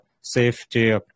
safety